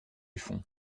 fond